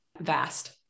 vast